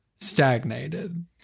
stagnated